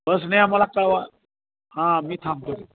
बसने आम्हाला कळवा हां मी थांबतो